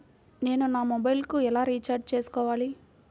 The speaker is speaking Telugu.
నేను నా మొబైల్కు ఎలా రీఛార్జ్ చేసుకోవాలి?